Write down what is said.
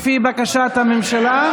לפי בקשת הממשלה,